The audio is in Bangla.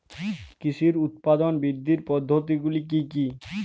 কৃষির উৎপাদন বৃদ্ধির পদ্ধতিগুলি কী কী?